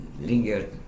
lingered